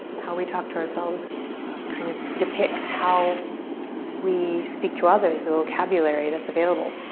how we talk to ourselves kind of depicts how we speak to others. the vocabulary that's available.